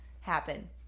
happen